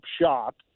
shop